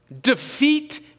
defeat